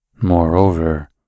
Moreover